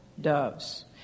doves